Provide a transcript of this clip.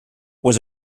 was